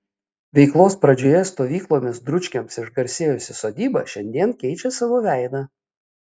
veiklos pradžioje stovyklomis dručkiams išgarsėjusi sodyba šiandien keičia savo veidą